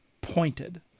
pointed